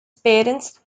parents